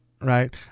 right